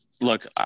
Look